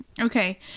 Okay